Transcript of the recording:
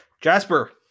Jasper